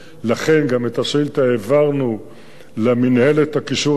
לכן העברנו את השאילתא למינהלת הקישור האזרחית,